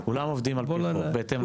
כולם עובדים על פי חוק, בהתאם לחוק.